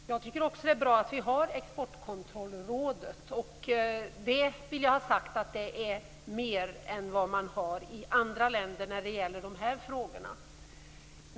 Fru talman! Jag tycker också att det är bra att vi har Exportkontrollrådet. Det är mer än man har i andra länder vad gäller dessa frågor.